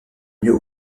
mieux